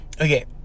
Okay